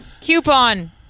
coupon